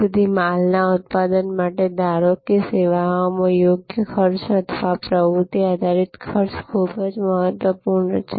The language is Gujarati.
તેથી માલના ઉત્પાદન માટે ધારો કે સેવાઓમાં યોગ્ય ખર્ચ અથવા પ્રવૃત્તિ આધારિત ખર્ચ ખૂબ જ મહત્વપૂર્ણ છે